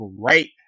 Great